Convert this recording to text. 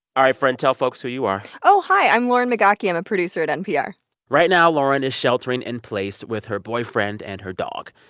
friend, tell folks who you are oh, hi, i'm lauren migaki. i'm a producer at npr right now, lauren is sheltering in place with her boyfriend and her dog.